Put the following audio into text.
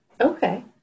Okay